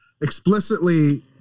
explicitly